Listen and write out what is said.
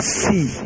see